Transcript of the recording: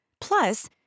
Plus